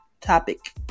topic